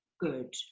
good